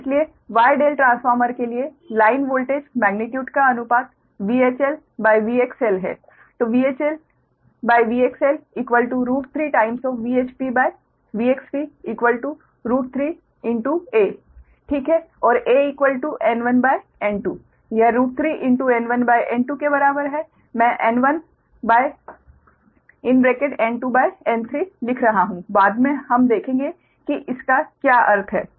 इसलिए Y ∆ transformer के लिए लाइन वोल्टेज मेग्नीट्यूड का अनुपात VHLVXL है VHLVXL 3 VHPVXP 3 a ठीक है और aN1N2 यह 3N1N2 के बराबर है मैं N1N23 लिख रहा हूं बाद में हम देखेंगे कि इसका क्या अर्थ है